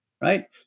Right